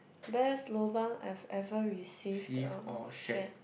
where's lobang I've ever received the shed